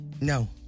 No